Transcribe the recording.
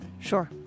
Sure